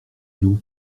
nous